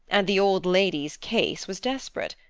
and the old lady's case was desperate.